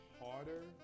harder